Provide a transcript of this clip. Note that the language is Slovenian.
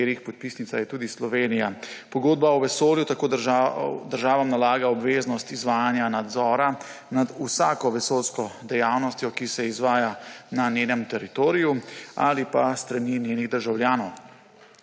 katerih podpisnica je tudi Slovenija. Pogodba o vesolju tako državam nalaga obveznost izvajanja nadzora nad vsako vesoljsko dejavnostjo, ki se izvaja na njenem teritoriju ali pa s strani njenih državljanov.